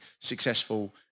successful